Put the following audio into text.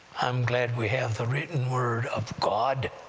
i'm glad we have the written word of god,